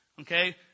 Okay